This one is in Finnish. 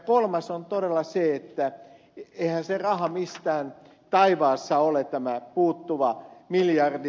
kolmas on todella se että eihän se raha missään taivaassa ole tämä puuttuva miljardi